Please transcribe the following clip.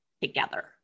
together